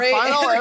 final